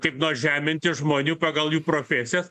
kaip nors žeminti žmonių pagal jų profesijas